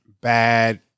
bad